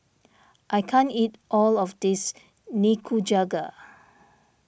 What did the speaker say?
I can't eat all of this Nikujaga